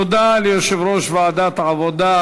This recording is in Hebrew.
תודה ליושב-ראש ועדת העבודה,